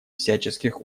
всяческих